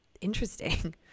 interesting